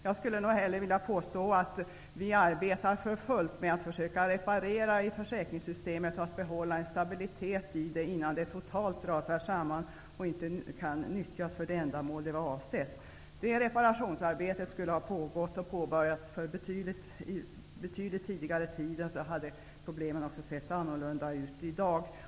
Jag skulle nog hellre påstå att vi arbetar för fullt med att försöka reparera försäkringssystemet och behålla en stabilitet i det, innan det totalt rasar samman och inte kan nyttjas för det ändamål som det var avsett för. Om det reparationsarbetet hade påbörjats betydligt tidigare, hade problemen sett annorlunda ut i dag.